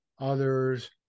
others